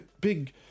big